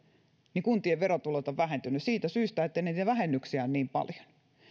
niin kuntien verotulot ovat vähentyneet siitä syystä että niitä vähennyksiä on niin paljon